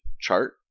chart